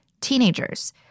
teenagers